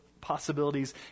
possibilities